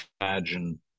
imagine